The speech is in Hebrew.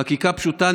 חקיקה פשוטה,